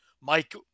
Mike